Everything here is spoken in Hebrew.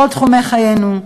בכל תחומי חיינו,